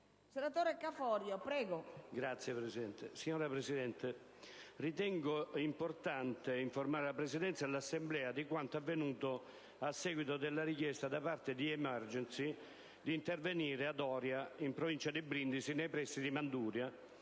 Ne ha facoltà. CAFORIO *(IdV)*. Signora Presidente, ritengo importante informare la Presidenza e l'Assemblea di quanto avvenuto a seguito della richiesta da parte di Emergency di intervenire ad Oria, in provincia di Brindisi, nei pressi di Manduria,